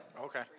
Okay